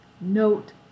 Note